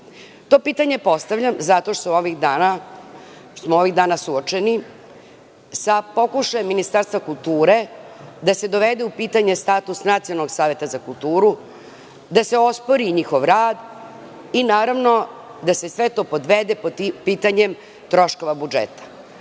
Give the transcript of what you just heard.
To pitanje postavljam zato što smo ovih dana suočeni sa pokušajem Ministarstva kulture da se dovede u pitanje status Nacionalnog saveta za kulturu, da se ospori njihov rad i naravno da se sve to podvede pod pitanjem troškova budžeta.